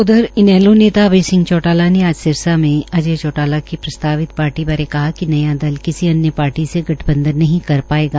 उधर इनैलो नेता अभय चौटाला ने आज सिरसा में अजय चौटाला की प्रस्तावित पार्ट्री बारे कहा कि न्या दल किसी अन्य पार्टी के साथ गठबंधन नहीं कर पायेगा